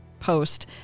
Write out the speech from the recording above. post